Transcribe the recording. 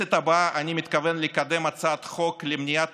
בכנסת הבאה אני מתכוון לקדם הצעת חוק למניעת